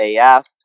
AF